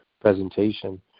presentation